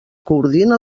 coordina